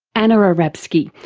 anna arabskyj,